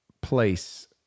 place